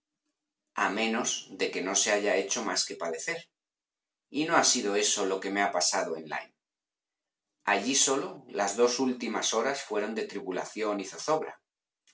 a menos de que no se haya hecho más que padecer y no ha sido eso lo que me ha pasado en lyme allí sólo las dos últimas horas fueron de tribulación y zozobra